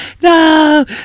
no